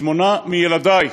שמונה מילדי,